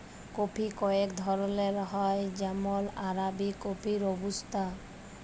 coffee কয়েক ধরলের হ্যয় যেমল আরাবিকা কফি, রবুস্তা